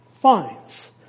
finds